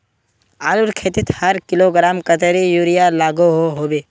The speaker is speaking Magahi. आलूर खेतीत हर किलोग्राम कतेरी यूरिया लागोहो होबे?